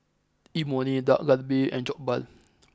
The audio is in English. Imoni Dak Galbi and Jokbal